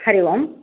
हरिः ओम्